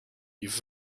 have